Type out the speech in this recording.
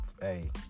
Hey